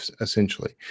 essentially